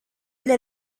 إلى